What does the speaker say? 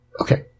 Okay